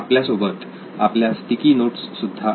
आपल्या सोबत आपल्या स्टिकी नोट्स सुद्धा आहेत